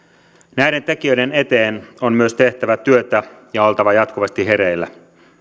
näiden tekijöiden eteen on myös tehtävä työtä ja oltava jatkuvasti hereillä